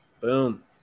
Boom